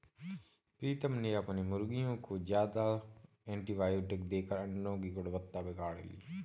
प्रीतम ने अपने मुर्गियों को ज्यादा एंटीबायोटिक देकर अंडो की गुणवत्ता बिगाड़ ली